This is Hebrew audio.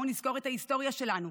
בואו נסקור את ההיסטוריה שלנו,